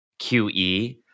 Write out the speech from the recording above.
QE